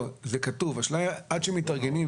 זה כתוב אבל עד שמתארגנים,